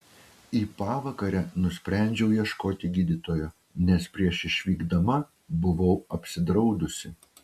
į pavakarę nusprendžiau ieškoti gydytojo nes prieš išvykdama buvau apsidraudusi